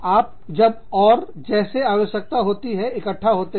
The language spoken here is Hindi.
आप जब और जैसे आवश्यकता होती है इकट्ठा होते हैं